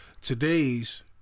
today's